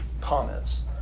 Comments